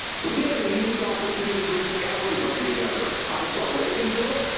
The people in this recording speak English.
so we have a unique opportunity to bring everybody together. i saw reagan do it,